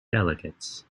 delegates